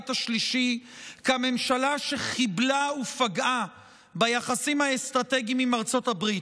השלישי כממשלה שחיבלה ופגעה ביחסים האסטרטגיים עם ארצות הברית,